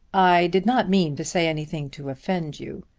i did not mean to say anything to offend you.